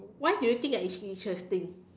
why do you think that it's interesting